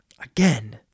Again